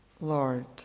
Lord